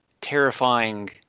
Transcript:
terrifying